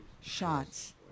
Shots